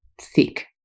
thick